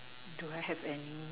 do I have any